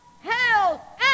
hell